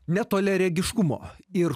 netoliaregiškumo ir